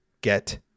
get